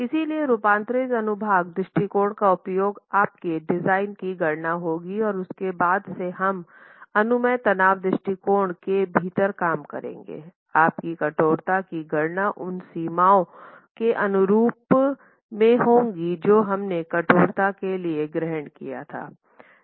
इसलिए रूपांतरित अनुभाग दृष्टिकोण का उपयोग आपके डिज़ाइन की गणना होगी और उसके बाद से हम अनुमेय तनाव दृष्टिकोण के भीतर काम करेंगे आपकी कठोरता की गणना उन सीमाओं के अनुरूप में होगी जो हमने कठोरता के लिए ग्रहण किया था